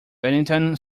bennington